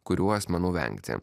kurių asmenų vengti